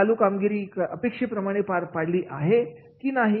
ही चालू कामगिरी अपेक्षेप्रमाणे पार पडली आहे की नाही